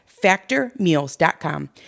factormeals.com